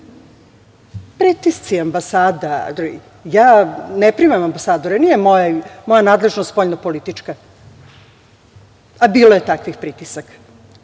podršku. Pritisci ambasada, ja ne primam ambasadore. Nije moja nadležnost spoljno politička, a bilo je takvih pritisaka.